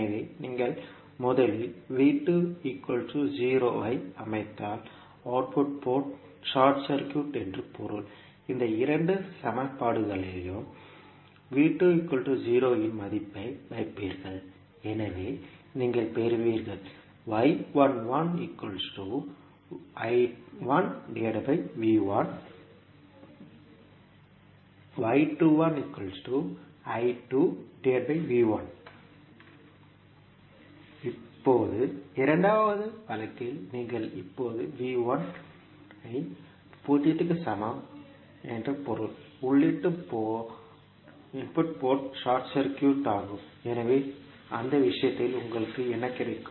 எனவே நீங்கள் முதலில் ஐ அமைத்தால் அவுட்புட் போர்ட் ஷார்ட் சர்க்யூட் என்று பொருள் இந்த இரண்டு சமன்பாடுகளிலும் இன் மதிப்பை வைப்பீர்கள் எனவே நீங்கள் பெறுவீர்கள் இப்போது இரண்டாவது வழக்கில் நீங்கள் இப்போது V 1 ஐ 0 க்கு சமம் என்று பொருள் உள்ளீட்டு போர்ட் ஷார்ட் சர்க்யூட் ஆகும் எனவே அந்த விஷயத்தில் உங்களுக்கு என்ன கிடைக்கும்